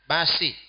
Basi